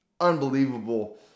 unbelievable